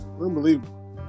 unbelievable